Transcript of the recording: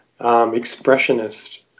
expressionist